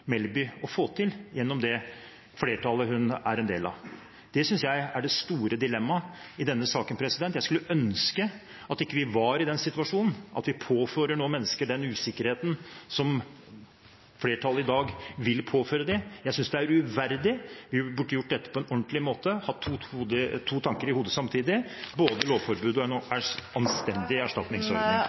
Melby å få til gjennom det flertallet hun er en del av. Det synes jeg er det store dilemmaet i denne saken. Jeg skulle ønske at vi ikke var i den situasjonen at vi nå påfører mennesker den usikkerheten som flertallet i dag vil påføre dem. Jeg synes det er uverdig. Vi burde gjort dette på en ordentlig måte, hatt to tanker i hodet samtidig – både lovforbudet og en anstendig erstatningsordning. Replikkordskiftet er